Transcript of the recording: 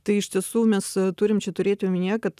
tai iš tiesų mes turim čia turėti omenyje kad